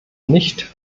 nicht